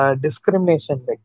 Discrimination